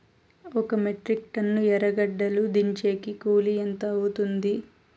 ఒక metric ton ఎర్రగడ్డలు దించేకి కూలి ఎంత అవుతుంది?